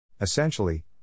Essentially